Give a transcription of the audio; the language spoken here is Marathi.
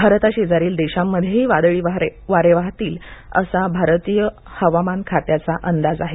भारताशेजारील देशांमध्येही वादळी वारे वाहतील असा भारतीय हवामान खात्याचा अंदाज आहे